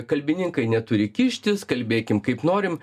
kalbininkai neturi kištis kalbėkim kaip norim